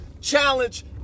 challenge